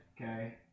Okay